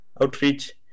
outreach